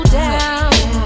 down